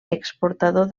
exportador